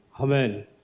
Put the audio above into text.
Amen